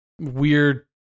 weird